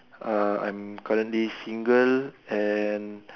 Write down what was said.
uh I'm currently single and